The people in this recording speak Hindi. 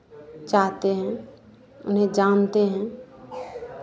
चाहते हैं उन्हें जानते हैं